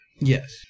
Yes